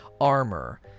armor